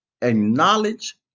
acknowledge